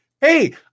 hey